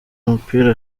mupira